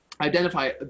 identify